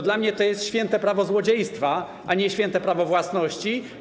Dla mnie to jest święte prawo złodziejstwa, a nie święte prawo własności.